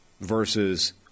versus –